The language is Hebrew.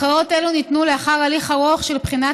הכרעות אלו ניתנו לאחר הליך ארוך של בחינת